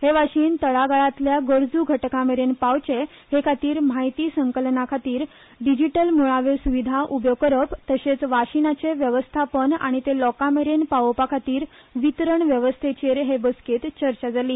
हे वाशिन तळागाळातल्या गरजु घटकामेरेन पावचे हे विशी म्हायती संकलनाखातीर डिजीटल मुळाव्यो सुविधा उब्यो करप तशेंच वाशिनाचे वेवस्थापन आनी ते लोका मेरेन पावोवपा खातीर वितरण वेवस्थेचेर हे बसकेंत चर्चा जाली